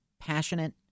passionate